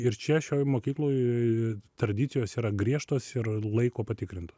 ir čia šioj mokykloj tradicijos yra griežtos ir laiko patikrintos